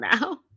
now